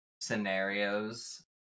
scenarios